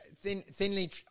thinly